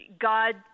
God